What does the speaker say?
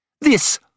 This